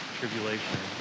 tribulation